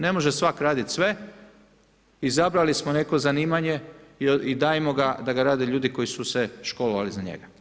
Ne može svak raditi sve, izabrali smo neko zanimanje i dajmo ga da ga rade ljudi koji su se školovali za njega.